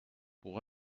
pour